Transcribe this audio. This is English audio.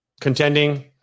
contending